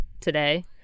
today